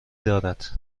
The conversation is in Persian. دارد